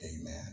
amen